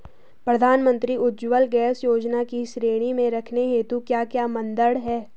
प्रधानमंत्री उज्जवला गैस योजना की श्रेणी में रखने हेतु क्या क्या मानदंड है?